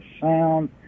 sound